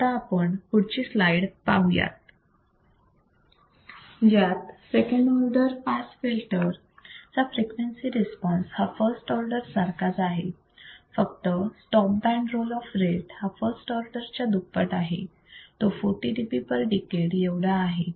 आता आपण पुढची स्लाईड पाहूयात जात सेकंड ऑर्डर पास फिल्टर चा फ्रिक्वेन्सी रिस्पॉन्स हा फर्स्ट ऑर्डर सारखाच आहे फक्त stop band roll off rate हा फर्स्ट ऑर्डर च्या दुप्पट आहे तो 40 dB per decade एवढा आहे